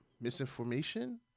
misinformation